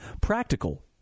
practical